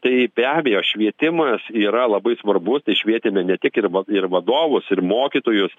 tai be abejo švietimas yra labai svarbus tai švietėme ne tik ir va ir vadovus ir mokytojus